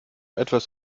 etwas